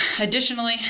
additionally